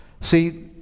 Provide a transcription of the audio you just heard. See